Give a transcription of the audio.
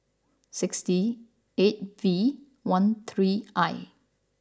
sixty eight V one three I